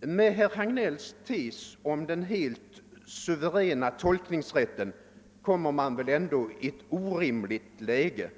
Med herr Hagnells tes om den helt suveräna tolkningsrätten kommer man i ett orimligt läge.